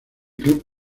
club